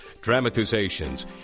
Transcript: dramatizations